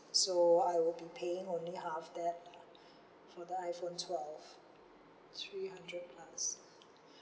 so I'll be paying only half that lah for the iPhone twelve three hundred plus